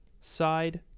side